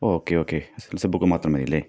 okay okay S S L C book മാത്രം മതിയല്ലെ